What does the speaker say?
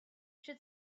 should